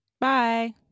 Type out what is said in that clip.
Bye